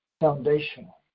foundational